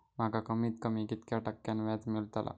माका कमीत कमी कितक्या टक्क्यान व्याज मेलतला?